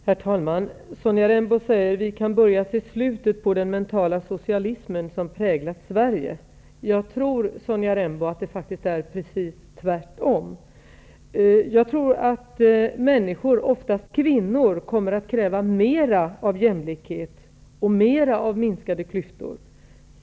Herr talman! Sonja Rembo säger att vi kan börja se slutet på den mentala socialismen som präglat Sverige. Jag tror, Sonja Rembo, att det faktiskt är precis tvärtom. Jag tror att människor, oftast kvinnor, kommer att kräva mer av jämlikhet och mer av minskade klyftor.